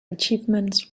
achievements